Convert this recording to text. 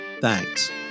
Thanks